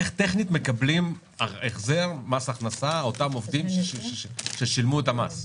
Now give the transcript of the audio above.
איך טכנית מקבלים החזר מס הכנסה אותם עובדים ששילמו את המס?